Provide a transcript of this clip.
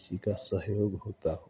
किसी का सहयोग होता हो